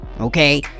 okay